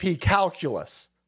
Calculus